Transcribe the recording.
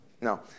No